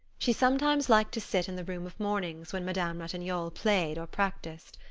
she sometimes liked to sit in the room of mornings when madame ratignolle played or practiced.